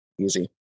easy